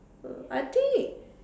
uh I think